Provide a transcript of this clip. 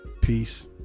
Peace